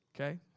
Okay